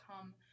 come